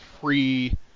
free